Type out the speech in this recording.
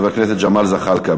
חבר הכנסת ג'מאל זחאלקה.